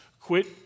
Quit